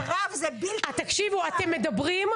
אתם מדברים,